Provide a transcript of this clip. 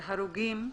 הרוגים.